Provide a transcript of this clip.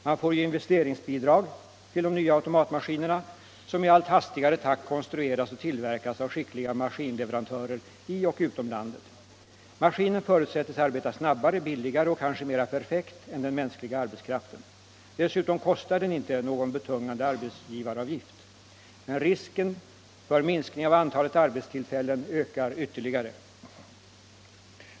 Man får ju investeringsbidrag till de nya automatmaskinerna, som i allt hastigare takt konstrueras och tillverkas av skickliga maskinleverantörer i och utom landet. Maskinen förutsättes arbeta snabbare, billigare och kanske mera perfekt än den mänskliga arbetskraften. Dessutom kostar den inte någon betungande arbetsgivaravgift. Men risken för minskning av antalet arbetstillfällen ökar ytterligare.